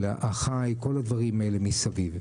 החי כל הדברים האלה מסביב,